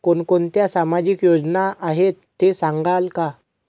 कोणकोणत्या सामाजिक योजना आहेत हे सांगाल का?